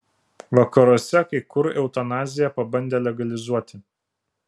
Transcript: vakaruose kai kur eutanaziją pabandė legalizuoti